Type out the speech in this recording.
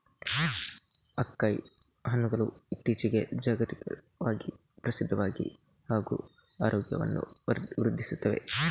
acai ಹಣ್ಣುಗಳು ಇತ್ತೀಚಿಗೆ ಜಾಗತಿಕವಾಗಿ ಪ್ರಸಿದ್ಧವಾಗಿವೆ ಹಾಗೂ ಆರೋಗ್ಯವನ್ನು ವೃದ್ಧಿಸುತ್ತವೆ